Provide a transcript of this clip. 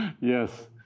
Yes